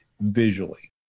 visually